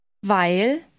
Weil